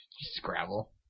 Scrabble